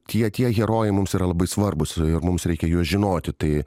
tie tie herojai mums yra labai svarbūs ir mums reikia juos žinoti tai